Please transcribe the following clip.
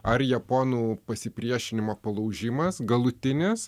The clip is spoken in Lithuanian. ar japonų pasipriešinimo palaužimas galutinis